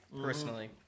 personally